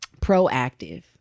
proactive